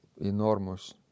enormous